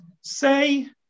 say